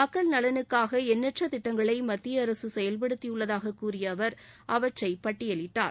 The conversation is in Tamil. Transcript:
மக்கள் நலனுக்காக எண்ணற்ற திட்டங்களை மத்திய அரசு செயல்படுத்தியுள்ளதாக கூறிய அவர் அவற்றை பட்டியலிட்டார்